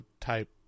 type